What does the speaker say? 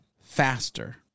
faster